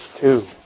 two